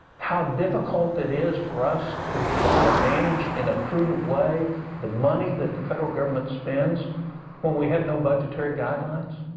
how difficult it is for us to try to manage in a prudent way the money that the federal government spends when we have no budgetary guidelines?